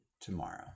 tomorrow